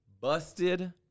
Busted